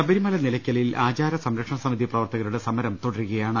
ശബരിമല നിലയ്ക്കലിൽ ആചാര സംരക്ഷണ സമിതി പ്രവർത്തക രുടെ സമരം തുടരുകയാണ്